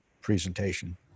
presentation